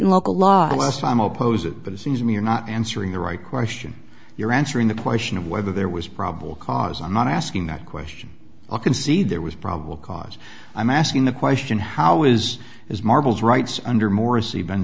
state local laws last time i oppose it but it seems to me you're not answering the right question you're answering the question of whether there was probable cause i'm not asking that question i can see there was probable cause i'm asking the question how is is marvel's rights under morsi been